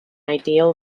ideal